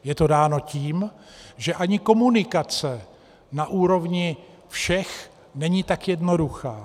Je to dáno tím, že ani komunikace na úrovni všech není tak jednoduchá.